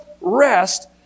rest